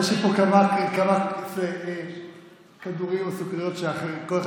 יש לי פה כמה כדורים או סוכריות שכל אחד